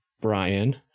Brian